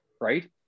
right